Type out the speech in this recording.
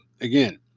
again